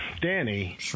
Danny